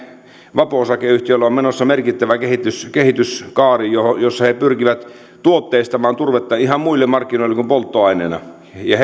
vapo osakeyhtiöllä on menossa merkittävä kehityskaari jossa he pyrkivät tuotteistamaan turvetta ihan muille markkinoille kuin polttoaineena ja